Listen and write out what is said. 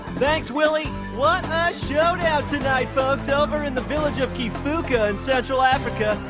thanks, willie. what a showdown tonight, folks. over in the village of kifuka in central africa,